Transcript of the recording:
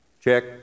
check